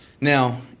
Now